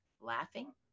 Laughing